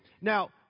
now